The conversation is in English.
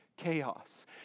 Chaos